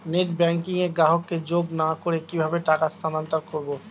Net banking এ গ্রাহককে যোগ না করে কিভাবে টাকা স্থানান্তর করব?